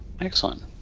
Excellent